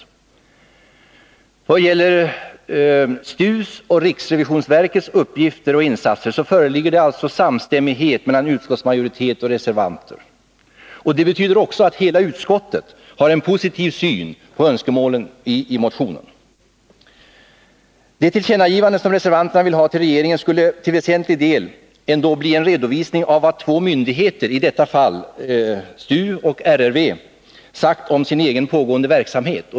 I vad gäller STU:s och riksrevisionsverkets uppgifter och insatser föreligger alltså samstämmighet mellan utskottsmajoritet och reservanter. Det betyder att hela utskottet har en positiv syn på önskemålen i motionen. Det tillkännagivande till regeringen som reservanterna vill ha skulle till väsentlig del bli en redovisning av vad två myndigheter —i detta fall STU och RRV - sagt om sin egen pågående verksamhet.